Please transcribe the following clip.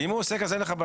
אם הוא עוסק אז אין בעיה.